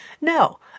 no